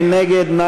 מי נגד?